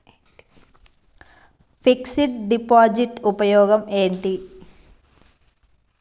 Fix డ్ deposit ఉపయోగం ఏంటి?